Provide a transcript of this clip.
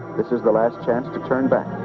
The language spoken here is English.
this is the last chance to turn back.